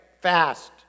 fast